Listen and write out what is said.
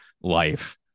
life